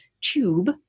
tube